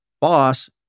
boss